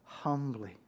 humbly